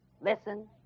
Listen